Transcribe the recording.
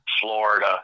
Florida